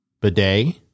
bidet